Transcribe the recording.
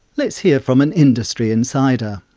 let's hear from an industry insider.